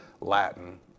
Latin